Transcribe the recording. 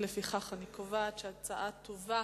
לפיכך אני קובעת שההצעה תובא